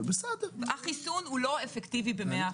החיסון לא אפקטיבי ב-100%.